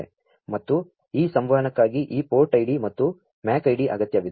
ಮತ್ತು ಈ ಸಂ ವಹನಕ್ಕಾ ಗಿ ಈ ಪೋ ರ್ಟ್ ಐಡಿ ಮತ್ತು MAC ಐಡಿ ಅಗತ್ಯ ವಿದೆ